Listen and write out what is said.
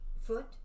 foot